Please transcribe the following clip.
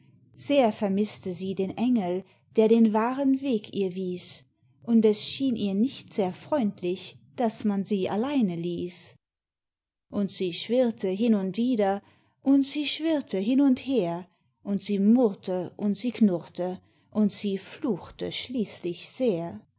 sehr vermißte sie den engel der den wahren weg ihr wies und es schien ihr nicht sehr freundlich daß man sie alleine ließ und sie schwirrte hin und wieder und sie schwirrte hin und her und sie murrte und sie knurrte und sie fluchte schließlich sehr